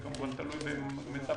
זה כמובן תלוי במציאות,